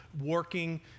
working